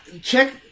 Check